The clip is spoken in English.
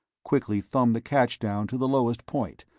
quickly thumbed the catch down to the lowest point,